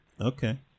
Okay